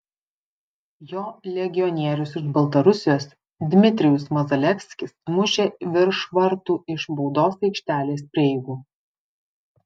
jo legionierius iš baltarusijos dmitrijus mazalevskis mušė virš vartų iš baudos aikštelės prieigų